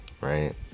right